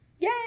Yay